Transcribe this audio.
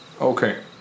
Okay